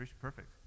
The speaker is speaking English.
perfect